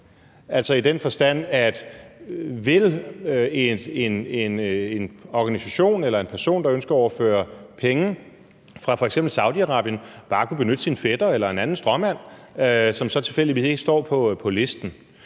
Altså, vil en organisation eller en person, der ønsker at overføre penge fra f.eks. Saudi-Arabien, bare kunne benytte sin fætter eller en anden stråmand, som så tilfældigvis ikke står på listen?